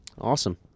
awesome